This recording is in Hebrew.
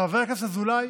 חבר הכנסת אזולאי,